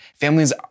Families